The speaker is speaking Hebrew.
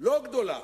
לא גדולה,